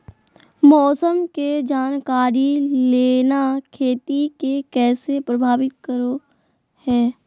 मौसम के जानकारी लेना खेती के कैसे प्रभावित करो है?